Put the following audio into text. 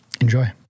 enjoy